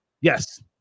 Yes